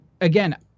again